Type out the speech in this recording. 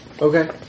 okay